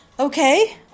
okay